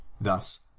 Thus